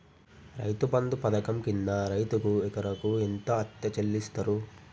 రైతు బంధు పథకం కింద రైతుకు ఎకరాకు ఎంత అత్తే చెల్లిస్తరు?